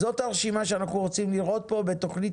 זאת הרשימה שאנחנו רוצים לראות פה בתוכנית